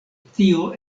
tio